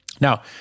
Now